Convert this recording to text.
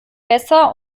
besser